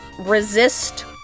resist